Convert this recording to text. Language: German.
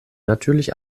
natürlich